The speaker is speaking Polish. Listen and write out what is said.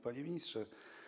Panie Ministrze!